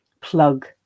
Plug